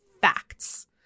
facts